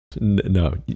no